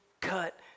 cut